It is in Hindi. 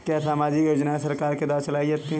क्या सामाजिक योजनाएँ सरकार के द्वारा चलाई जाती हैं?